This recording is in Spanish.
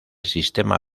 sistema